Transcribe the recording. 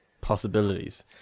possibilities